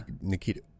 Nikita